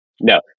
No